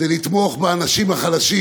לתמוך באנשים החלשים,